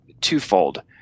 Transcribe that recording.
twofold